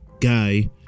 guy